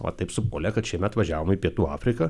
va taip supuolė kad šiemet važiavom į pietų afriką